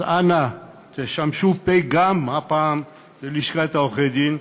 אז אנא, תשמשו פֶּה גם הפעם ללשכת עורכי-הדין,